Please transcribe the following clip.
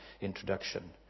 introduction